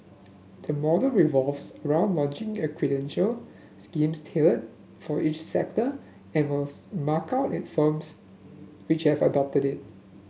the model revolves around accreditation schemes tailored for each sector and will mark out it firms which have adopted it